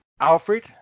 Alfred